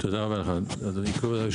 תודה רבה, אדוני היושב-ראש.